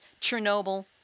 Chernobyl